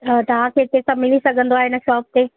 हो तव्हांखे हिते सभु मिली सघंदो आहे इन शोप ते